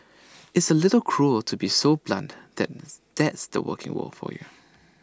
it's A little cruel to be so blunt that's the working world for you